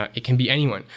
ah it can be anyone.